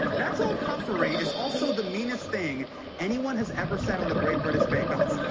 that's all puffery is also the meanest thing anyone has ever said on the great british bake off.